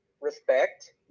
respect